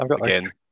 again